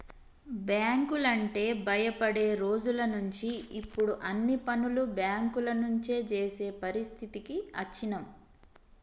బ్యేంకులంటే భయపడే రోజులనుంచి ఇప్పుడు అన్ని పనులు బ్యేంకుల నుంచే జేసే పరిస్థితికి అచ్చినం